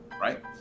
right